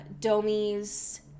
Domi's